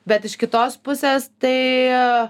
bet iš kitos pusės tai